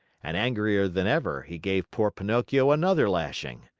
and, angrier than ever, he gave poor pinocchio another lashing.